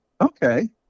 Okay